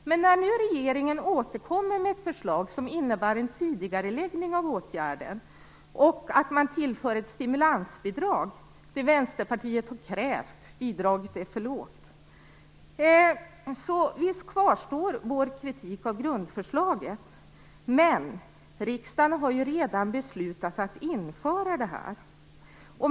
Nu återkommer regeringen med ett förslag som innebär en tidigareläggning av åtgärden, och man tillför ett stimulansbidrag. Ett sådant har Vänsterpartiet krävt, men bidraget är för lågt. Vår kritik av grundförslaget kvarstår, men riksdagen har ju redan beslutat om att införa detta.